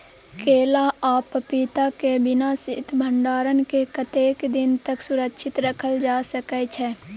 केला आ पपीता के बिना शीत भंडारण के कतेक दिन तक सुरक्षित रखल जा सकै छै?